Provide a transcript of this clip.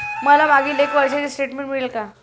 मला मागील एक वर्षाचे स्टेटमेंट मिळेल का?